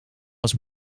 was